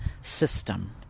system